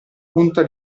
punta